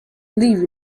live